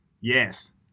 Yes